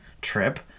trip